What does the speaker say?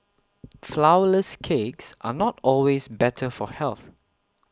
Flourless Cakes are not always better for health